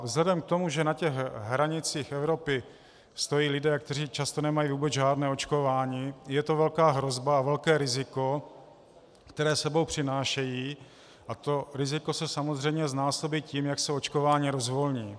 Vzhledem k tomu, že na hranicích Evropy stojí lidé, kteří často nemají vůbec žádné očkování, je to velká hrozba a velké riziko, které s sebou přinášejí, a to riziko se samozřejmě znásobí tím, jak se očkování rozvolní.